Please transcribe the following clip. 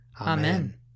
Amen